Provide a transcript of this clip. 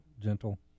gentle